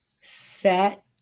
set